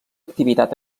activitat